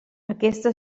aquesta